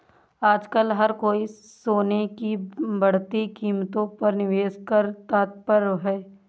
आजकल हर कोई सोने की बढ़ती कीमतों पर निवेश को तत्पर है